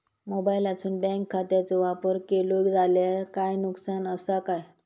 मोबाईलातसून बँक खात्याचो वापर केलो जाल्या काय नुकसान असा काय?